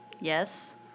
Yes